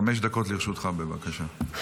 חמש דקות לרשותך, בבקשה.